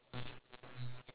oh ya ya ya